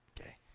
Okay